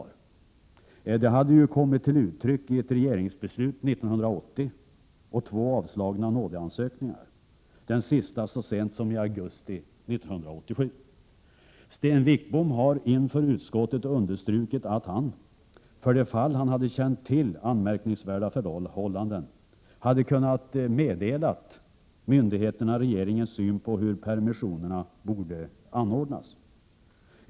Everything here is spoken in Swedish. : PR ; G Granskning av stats Det hade ju kommit till uttryck i ett regeringsbeslut 1980 och i samband två rådens tjänsteutövning avslagna nådeansökningar — den sista så sent som i augusti 1987. mm Sten Wickbom har inför utskottet understrukit att han, för det fall han känt till de anmärkningsvärda förhållandena, hade kunnat meddela myndigheterna regeringens syn på hur permissionerna borde anordnas.